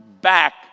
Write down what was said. back